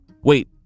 Wait